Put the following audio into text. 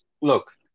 Look